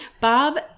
bob